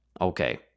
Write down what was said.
okay